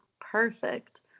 perfect